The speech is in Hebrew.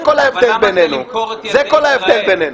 זה כל ההבדל בינינו.